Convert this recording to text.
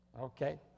okay